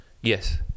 Yes